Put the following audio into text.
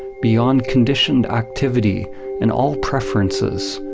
beyond conditioned activity and all preferences.